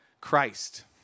Christ